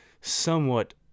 somewhat